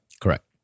Correct